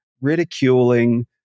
Ridiculing